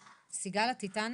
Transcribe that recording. סיגל, את איתנו?